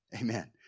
Amen